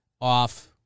off